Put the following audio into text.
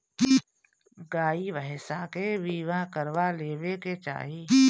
गाई भईसा के बीमा करवा लेवे के चाही